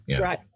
Right